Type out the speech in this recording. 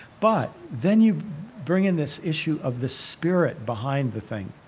but then you bring in this issue of the spirit behind the thing.